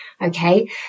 Okay